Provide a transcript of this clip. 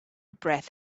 breath